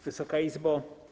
Wysoka Izbo!